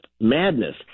madness